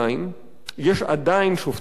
יש עדיין שופטים בירושלים,